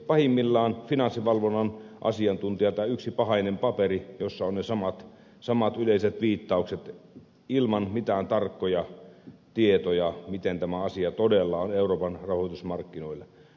pahimmillaan finanssivalvonnan asiantuntijalta yksi pahainen paperi jossa ovat ne samat yleiset viittaukset ilman mitään tarkkoja tietoja miten tämä asia todella on euroopan rahoitusmarkkinoilla